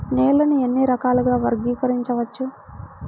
నేలని ఎన్ని రకాలుగా వర్గీకరించవచ్చు?